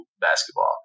basketball